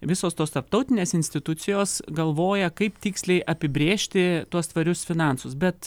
visos tos tarptautinės institucijos galvoja kaip tiksliai apibrėžti tuos tvarius finansus bet